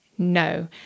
No